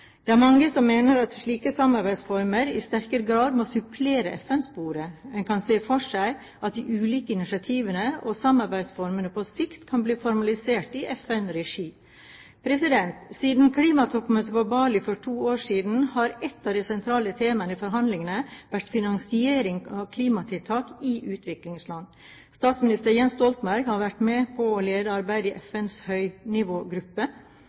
Det er mange som mener at slike samarbeidsformer i sterkere grad må supplere FN-sporet. En kan se for seg at de ulike initiativene og samarbeidsformene på sikt kan bli formalisert i FN-regi. Siden klimatoppmøtet på Bali for to år siden har et av de sentrale temaene i forhandlingene vært finansiering av klimatiltak i utviklingsland. Statsminister Jens Stoltenberg har vært med på å lede arbeidet i